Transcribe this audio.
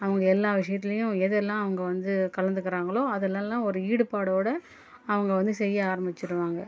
அவங்க எல்லா விஷயத்துலேயும் எதெல்லாம் அவங்க வந்து கலந்துக்கிறாங்களோ அதுலெல்லாம் ஒரு ஈடுபாடோடு அவங்க வந்து செய்ய ஆரம்பிச்சுடுவாங்க